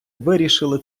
вирішили